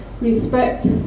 respect